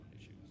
issues